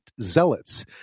zealots